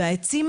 והעצים,